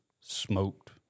smoked